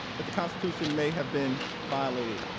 that the constitution may have been violated.